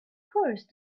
course